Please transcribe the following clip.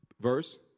verse